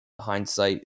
hindsight